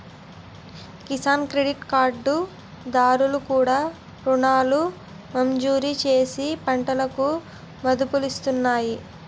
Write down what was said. Kisan credit card దారులు కు రుణాలను మంజూరుచేసి పంటలకు మదుపులిస్తున్నాయి